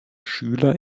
schüler